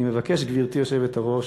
אני מבקש, גברתי היושבת-ראש,